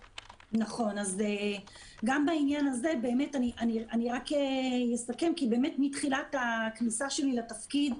נכון, אני רק אסכם שמתחילת הכניסה שלי לתפקיד,